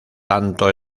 tanto